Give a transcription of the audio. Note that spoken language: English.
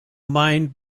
mind